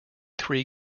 three